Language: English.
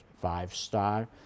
five-star